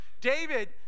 David